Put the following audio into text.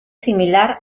similar